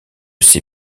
ses